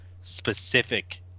specific